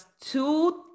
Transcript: two